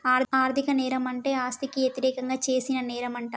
ఆర్ధిక నేరం అంటే ఆస్తికి యతిరేకంగా చేసిన నేరంమంట